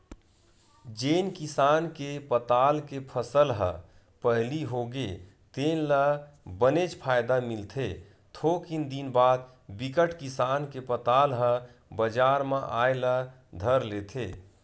जेन किसान के पताल के फसल ह पहिली होगे तेन ल बनेच फायदा मिलथे थोकिन दिन बाद बिकट किसान के पताल ह बजार म आए ल धर लेथे